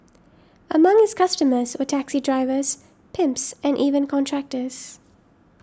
among his customers were taxi drivers pimps and even contractors